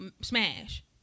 smash